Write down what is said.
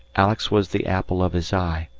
alex was the apple of his eye,